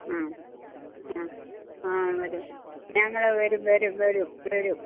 ആ വരും ഞങ്ങൾ വരും വരും വരും വരും